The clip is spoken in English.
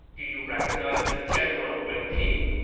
do you recognize the general wen pin!